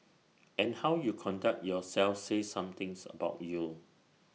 and how you conduct yourself says something's about you